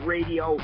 Radio